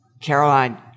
Caroline